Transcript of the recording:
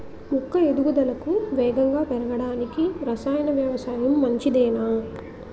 మొక్క ఎదుగుదలకు వేగంగా పెరగడానికి, రసాయన వ్యవసాయం మంచిదేనా?